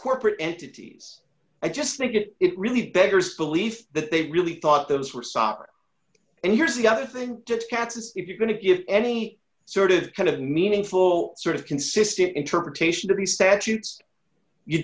corporate entities i just think it it really beggars belief that they really thought those were soccer and here's the other thing cats is if you're going to get any sort of kind of meaningful sort of consistent interpretation of the statutes you